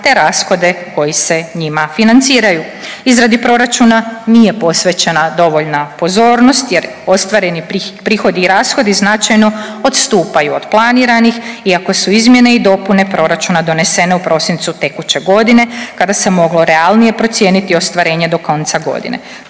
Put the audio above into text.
te rashode koji se njima financiraju. Izradi proračuna nije posvećena dovoljna pozornost jer ostvareni prihodi i rashodi značajno odstupaju od planirah iako su izmjene i dopune proračuna donesene u prosincu tekuće godine kada se moglo realnije procijeniti ostvarenje do konca godine.